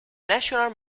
national